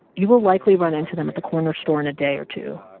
you will likely run into them at the corner store in a day or two.